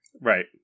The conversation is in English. Right